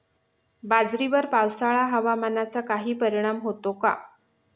बाजरीवर पावसाळा हवामानाचा काही परिणाम होतो का?